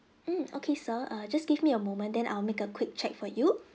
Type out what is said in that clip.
mm okay sir err just give me a moment then I'll make a quick check for you